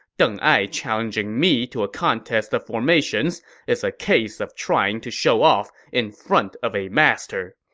deng ai challenging me to a contest of formations is a case of trying to show off in front of a master.